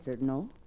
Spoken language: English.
No